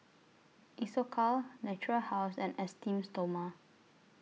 Isocal Natura House and Esteem Stoma